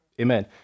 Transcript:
Amen